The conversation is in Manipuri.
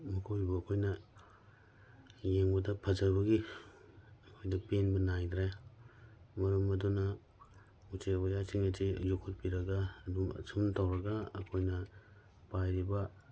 ꯃꯈꯣꯏꯕꯨ ꯑꯩꯈꯣꯏꯅ ꯌꯦꯡꯕꯗ ꯐꯖꯕꯒꯤ ꯑꯗꯨ ꯄꯦꯟꯕ ꯅꯥꯏꯗ꯭ꯔꯦ ꯃꯔꯝ ꯑꯗꯨꯅ ꯎꯆꯦꯛ ꯋꯥꯌꯥꯁꯤꯡ ꯑꯁꯤ ꯌꯣꯛꯈꯠꯄꯤꯔꯒ ꯑꯗꯨꯝ ꯑꯁꯨꯝ ꯇꯧꯔꯒ ꯑꯩꯈꯣꯏꯅ ꯄꯥꯏꯔꯤꯕ